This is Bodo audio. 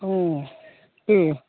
दे